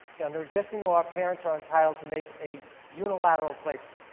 under existing law parents are entitled to make a unilateral placement.